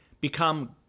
become